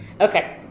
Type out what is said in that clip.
Okay